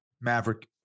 Maverick